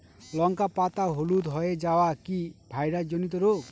লঙ্কা পাতা হলুদ হয়ে যাওয়া কি ভাইরাস জনিত রোগ?